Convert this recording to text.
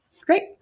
great